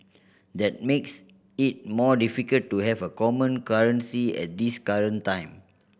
that makes it more difficult to have a common currency at this current time